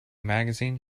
magazine